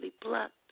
plucked